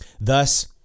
Thus